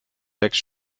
lecks